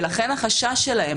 ולכן החשש שלהם.